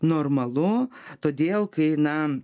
normalu todėl kai na